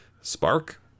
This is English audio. spark